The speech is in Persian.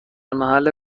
محل